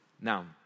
Now